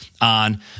on